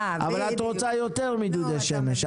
אבל את רוצה יותר מדודי שמש.